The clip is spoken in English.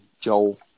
Joel